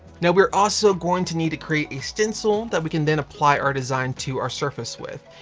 now we're also going to need to create a stencil that we can then apply our design to our surface with.